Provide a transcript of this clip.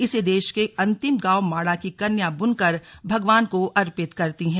इसे देश के अंतिम गांव माणा की कन्या बुनकर भगवान को अर्पित करती हैं